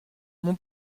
mon